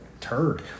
turd